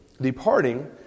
departing